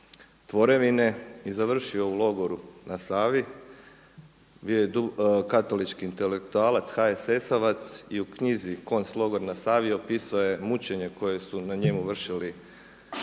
tvorevine i završio u logoru na Savi. Bio je katolički intelektualac, HSS-ovac i u knjizi „Konclogor na Savi“ opisuje mučenje koje su na njemu vršili zatvorski